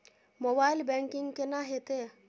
Mobile banking केना हेते?